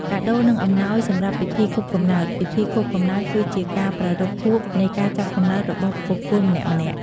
កាដូ និងអំណោយសម្រាប់ពិធីខួបកំណើតពិធីខួបកំណើត គឺជាការប្រារព្ធខួបនៃការចាប់កំណើតរបស់បុគ្គលម្នាក់ៗ។